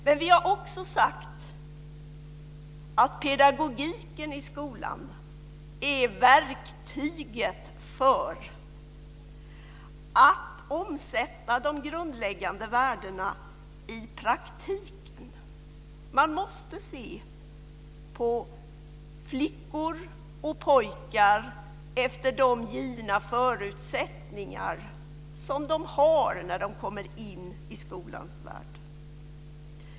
Men vi har också sagt att pedagogiken i skolan är verktyget för att omsätta de grundläggande värdena i praktiken. Man måste se på flickor och pojkar efter de givna förutsättningar de har när de kommer in i skolans värld.